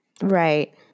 right